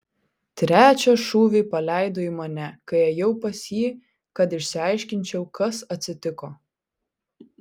trečią šūvį paleido į mane kai ėjau pas jį kad išsiaiškinčiau kas atsitiko